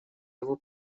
его